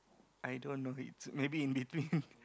I don't know it's maybe in between